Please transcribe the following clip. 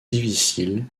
difficile